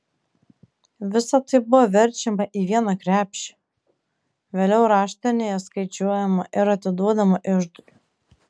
visa tai buvo verčiama į vieną krepšį vėliau raštinėje skaičiuojama ir atiduodama iždui